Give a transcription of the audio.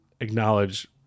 acknowledge